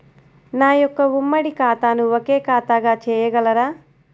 నా యొక్క ఉమ్మడి ఖాతాను ఒకే ఖాతాగా చేయగలరా?